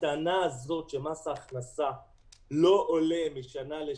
הטענה הזאת שמס ההכנסה לא עולה משנה לשנה,